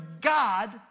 God